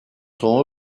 sont